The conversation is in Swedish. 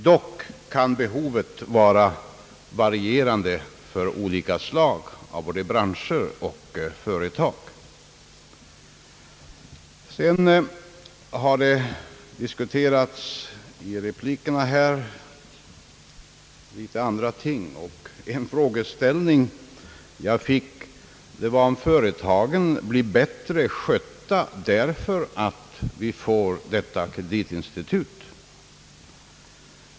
Dock kan behovet vara varierande för olika slag av både branscher och företag. Det har vidare i replikerna diskuterats en del andra ting. En fråga som ställdes till mig gällde om företagen blir bättre skötta därför att vi får detta kreditinstitut.